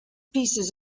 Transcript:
pieces